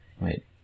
Wait